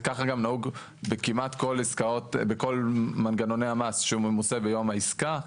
זה ככה גם נהוג בכל מנגנוני המס שחל ביום העסקה.